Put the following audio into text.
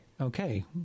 okay